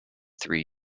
three